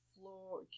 floor